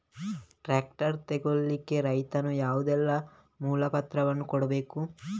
Tractor ತೆಗೊಳ್ಳಿಕೆ ರೈತನು ಯಾವುದೆಲ್ಲ ಮೂಲಪತ್ರಗಳನ್ನು ಕೊಡ್ಬೇಕು?